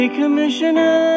commissioner